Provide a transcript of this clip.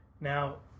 Now